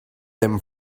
them